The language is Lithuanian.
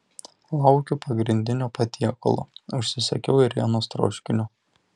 laukiu pagrindinio patiekalo užsisakiau ėrienos troškinio